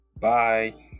Bye